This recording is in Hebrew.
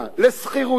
לשכירויות.